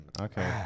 okay